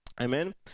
Amen